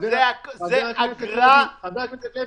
זו אגרה --- חבר הכנסת לוי,